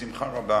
בשמחה רבה,